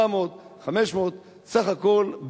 400 500. בסך הכול,